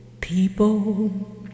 People